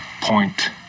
point